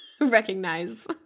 recognize